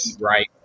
right